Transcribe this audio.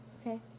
Okay